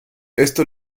esto